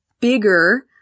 bigger